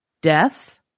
death